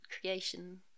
creation